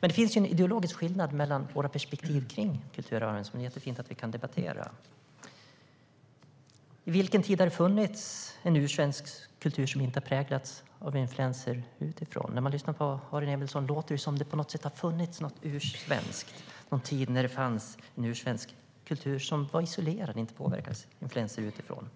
Men det finns en ideologisk skillnad mellan våra perspektiv på kulturarven som det är jättefint att vi kan debattera. När har det funnits en ursvensk kultur som inte har präglats av influenser utifrån? När man lyssnar på Aron Emilsson låter det som om det har funnits något ursvenskt under en tid då det fanns en ursvensk kultur som var isolerad och inte påverkades av influenser utifrån.